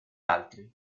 altri